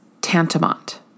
tantamount